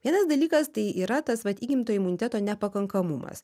vienas dalykas tai yra tas vat įgimto imuniteto nepakankamumas